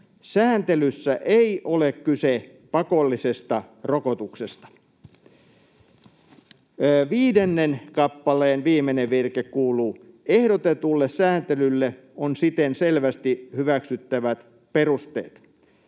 ”Sääntelyssä ei ole kyse pakollisesta rokotuksesta.” Viidennen kappaleen viimeinen virke kuuluu: ”Ehdotetulle sääntelylle on siten selvästi hyväksyttävät perusteet.”